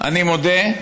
אני מודה,